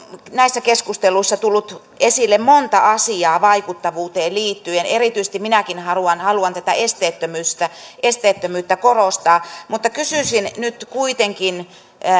näissä keskusteluissa jo tullut esille monta asiaa vaikuttavuuteen liittyen erityisesti minäkin haluan haluan tätä esteettömyyttä korostaa mutta kysyisin nyt kuitenkin